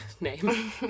name